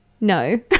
No